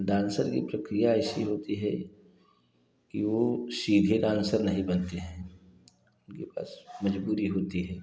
dancer की प्रक्रिया ऐसी होती है कि वो सीधे डांसर नहीं बनते हैं उनके पास मजबूरी होती है